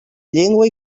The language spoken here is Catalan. llengua